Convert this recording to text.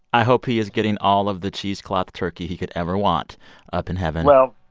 i hope he is getting all of the cheesecloth turkey he could ever want up in heaven well,